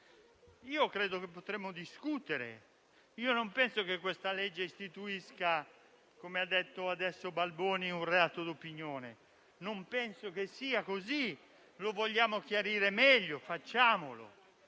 Credo che potremmo discutere e non penso che questa legge istituisca - come ha detto poco fa il senatore Balboni - un reato di opinione. Non penso che sia così. Lo vogliamo chiarire meglio? Facciamolo.